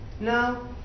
No